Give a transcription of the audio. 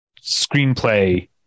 screenplay